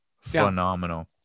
phenomenal